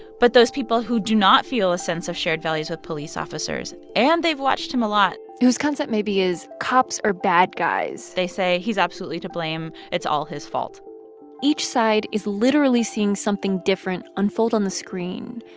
but those people who do not feel a sense of shared values with police officers, and they've watched him a lot. whose concept maybe is cops are bad guys they say he's absolutely to blame. it's all his fault each side is literally seeing something different unfold on the screen.